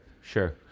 sure